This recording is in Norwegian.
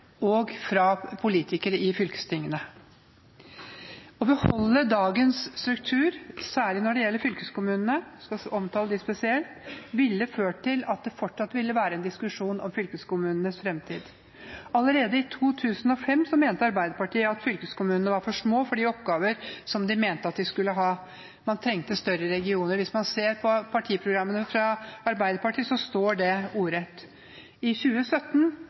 og fra politikere i fylkestingene. Å beholde dagens struktur, særlig når det gjelder fylkeskommunene – jeg skal omtale dem spesielt – ville ført til at det fortsatt ville være en diskusjon om fylkeskommunenes framtid. Allerede i 2005 mente Arbeiderpartiet at fylkeskommunene var for små for de oppgavene de mente de skulle ha. Man trengte større regioner. Hvis man ser på partiprogrammene fra Arbeiderpartiet, står det ordrett. I 2017